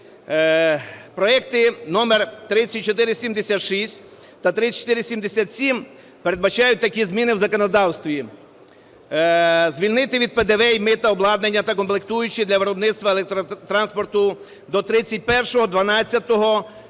Проекти номер 3476 та 3477 передбачають такі зміни в законодавстві. Звільнити від ПДВ і мита обладнання та комплектуючі для виробництва електротранспорту до 31.12.2028 року.